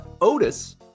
Otis